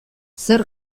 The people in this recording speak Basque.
zer